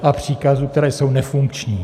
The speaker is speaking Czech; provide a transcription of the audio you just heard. ... a příkazů, které jsou nefunkční.